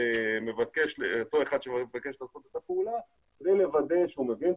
אחד שמבקש לעשות את הפעולה כדי לוודא שהוא מבין,